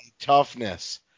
toughness